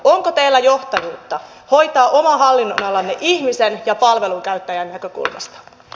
onko teillä johtajuutta hoitaa oma hallinnonalanne ihmisen ja palvelun käyttäjän näkökulmasta